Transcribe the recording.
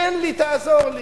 תן לי, תעזור לי.